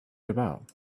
about